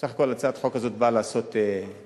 בסך הכול הצעת החוק הזאת באה לעשות צדק,